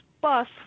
bus